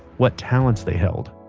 what talents they held